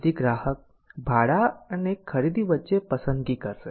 તેથી ગ્રાહક ભાડા અને ખરીદી વચ્ચે પસંદગી કરશે